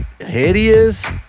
hideous